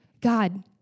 God